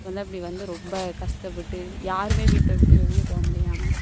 இப்போ தான் இப்படி வந்து ரொம்ப கஷ்டப்பட்டு யாருமே வீட்டை விட்டு வெளியே போக முடியாமல்